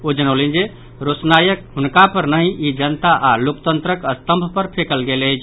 ओ जनौलनि जे रोसनाई हुनका पर नहि ई जनता आओर लोकतंत्रक स्तंभ पर फेंकल गेल अछि